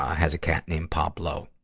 has a cat named pablo.